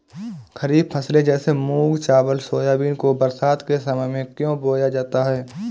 खरीफ फसले जैसे मूंग चावल सोयाबीन को बरसात के समय में क्यो बोया जाता है?